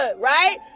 right